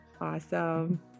Awesome